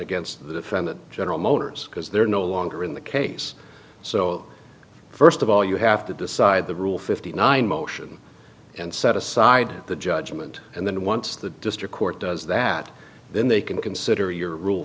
against the defendant general motors because they're no longer in the case so first of all you have to decide the rule fifty nine motion and set aside the judgment and then once the district court does that then they can consider your rule